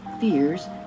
fears